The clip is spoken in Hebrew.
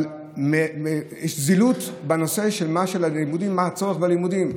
אבל יש זילות בנושא של הצורך בלימודים.